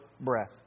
breath